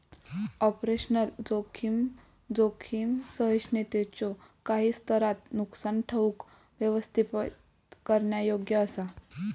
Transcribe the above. operational जोखीम, जोखीम सहिष्णुतेच्यो काही स्तरांत नुकसान ठेऊक व्यवस्थापित करण्यायोग्य असा